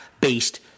based